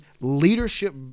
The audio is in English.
Leadership